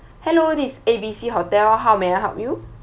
hello this is A B C hotel how may I help you